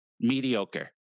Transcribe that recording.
mediocre